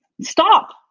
stop